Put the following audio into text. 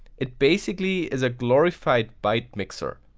it basically is a glorified byte mixer.